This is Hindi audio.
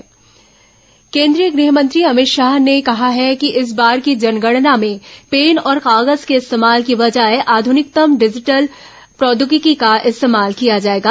केंद्रीय मंत्री जनगणना केन्द्रीय गृहमंत्री अमित शाह ने कहा है कि इस बार की जनगणना में पेन और कागज के इस्तेमाल की बजाय आध्निकतम डिजिटल प्रौद्योगिकी का इस्तेमाल किया जायेगा